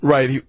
Right